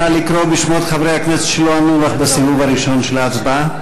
נא לקרוא בשמות חברי הכנסת שלא ענו לך בסיבוב הראשון של ההצבעה.